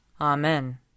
Amen